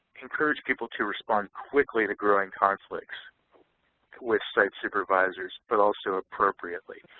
encourage people to respond quickly to growing conflicts with site supervisors, but also appropriately.